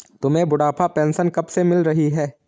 तुम्हें बुढ़ापा पेंशन कब से मिल रही है?